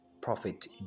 Prophet